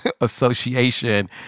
Association